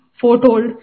foretold